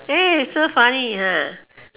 so funny